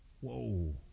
whoa